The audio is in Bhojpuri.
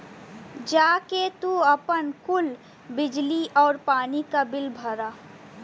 जा के तू आपन कुल बिजली आउर पानी क बिल भरा